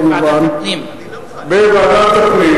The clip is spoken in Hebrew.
כמובן בוועדת הפנים.